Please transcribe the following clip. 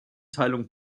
teilung